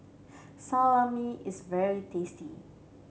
salami is very tasty